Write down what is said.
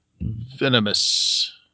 Venomous